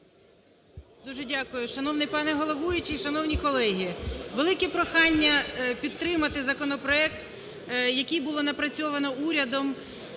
Дуже дякую. Шановний пане головуючий! Шановні колеги! Велике прохання підтримати законопроект, який було напрацьовано урядом,